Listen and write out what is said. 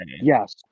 Yes